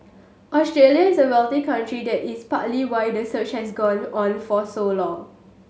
Australia is a wealthy country that is partly why the search has gone on for so long